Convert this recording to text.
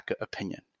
opinion